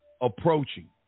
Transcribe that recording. approaching